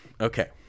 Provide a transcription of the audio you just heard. Okay